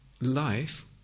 life